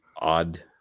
odd